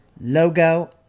logo